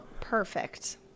Perfect